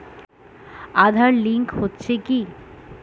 Aadhaar link হচ্ছে কি?